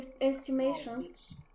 estimations